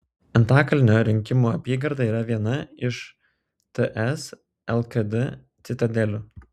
antakalnio rinkimų apygarda yra viena iš ts lkd citadelių